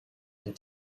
and